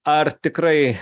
ar tikrai